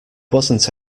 wasn’t